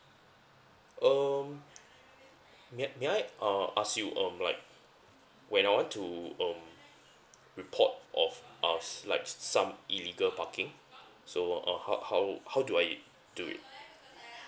um may I may I uh as you um like when I want to um report of ask like s~ some illegal parking so uh how how how do I do it